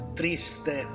triste